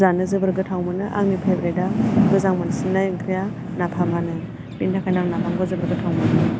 जानो जोबोर गोथाव मोनो आंनि पेब्रेट आ मोजां मोनसिन्नाय ओंख्रिया नाफामानो बेनि थाखायनो आं नाफामखौ जोबोर गोथाव मोनो